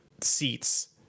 seats